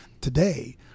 today